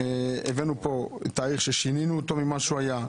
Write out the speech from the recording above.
הבאנו תאריך ששינינו אותו ממה שהוא היה,